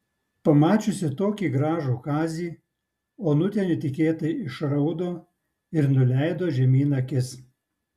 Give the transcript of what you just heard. pamačiusi tokį gražų kazį onutė netikėtai išraudo ir nuleido žemyn akis